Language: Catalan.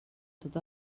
tot